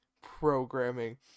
programming